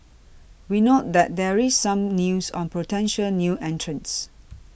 we note that there is some news on potential new entrants